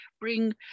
bring